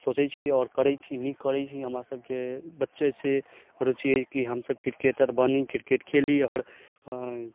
सोचै छी आओर करै छी नीक करै छी हमरा सबके बच्चे से रुचि अय की हमसब क्रिकेटर बनी क्रिकेट खेली आओर